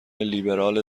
لیبرال